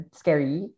scary